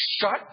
Shut